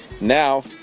Now